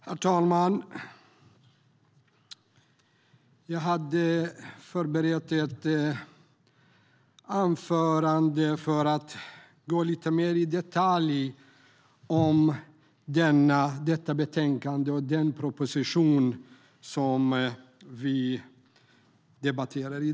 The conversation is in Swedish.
Herr talman! Jag hade förberett ett anförande för att gå in lite mer i detalj på det betänkande och den proposition vi debatterar.